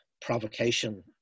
provocation